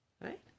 Right